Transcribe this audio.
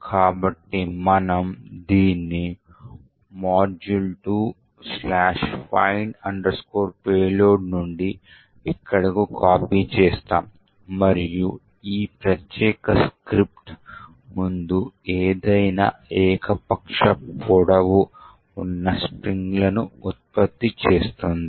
కాబట్టి మనము దీన్ని module2find payload నుండి ఇక్కడకు కాపీ చేస్తాము మరియు ఈ ప్రత్యేక స్క్రిప్ట్ ముందు ఏదైనా ఏకపక్ష పొడవు ఉన్న స్ట్రింగ్లను ఉత్పత్తి చేస్తుంది